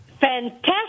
fantastic